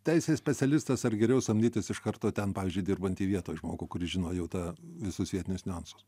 teisės specialistas ar geriau samdytis iš karto ten pavyzdžiui dirbantį vietoj žmogų kuris žino jau tą visus vietinius niuansus